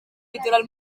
litoral